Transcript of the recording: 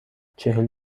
چهل